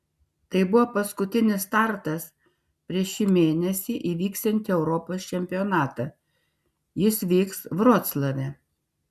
tai buvo paskutinis startas prieš šį mėnesį įvyksiantį europos čempionatą jis vyks vroclave